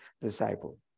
disciple